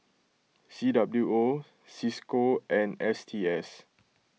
C W O Cisco and S T S